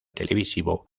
televisivo